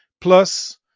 plus